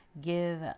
give